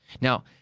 now